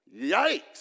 Yikes